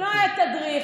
לא היה תדריך,